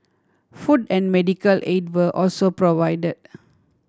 food and medical aid were also provide